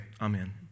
Amen